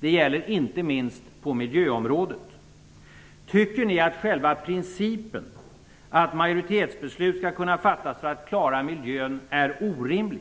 Det gäller inte minst på miljöområdet. Tycker ni att själva principen att majoritetsbeslut skall kunna fattas för att man skall kunna klara miljön är orimlig?